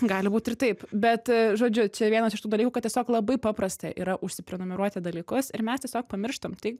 gali būti ir taip bet žodžiu čia vienas iš tų dalykų kad tiesiog labai paprasta yra užsiprenumeruoti dalykus ir mes tiesiog pamirštam tai